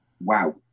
wow